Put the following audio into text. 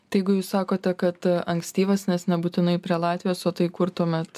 tai jeigu jūs sakote kad ankstyvas nes nebūtinai prie latvijos o tai kur tuomet